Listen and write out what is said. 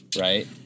Right